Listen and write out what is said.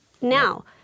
now